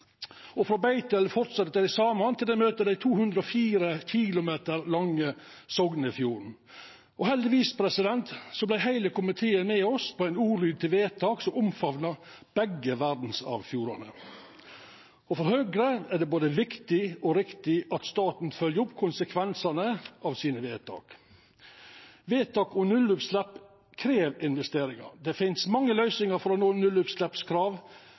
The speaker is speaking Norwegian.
Frå Beitelen fortset dei saman til dei møter den 204 km lange Sognefjorden. Heldigvis vart heile komiteen med oss på ein ordlyd til vedtak som omfamnar begge verdsarvfjordane. For Høgre er det både viktig og riktig at staten følgjer opp konsekvensane av sine vedtak. Vedtak om nullutslepp krev investeringar. Det finst mange løysingar for å nå